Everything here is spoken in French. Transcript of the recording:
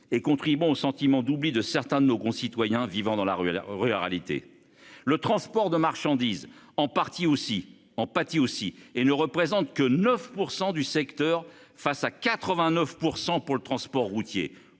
et contribue au sentiment d'oubli de certains de nos concitoyens vivant dans la rue à la ruralité. Le transport de marchandises en partie aussi en pâtit aussi et ne représentent que 9% du secteur face à 89% pour le transport routier,